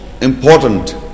important